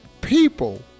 people